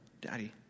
Daddy